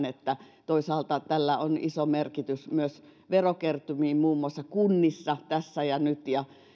että toisaalta tällä on iso merkitys myös verokertymiin muun muassa kunnissa tässä ja nyt